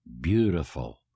beautiful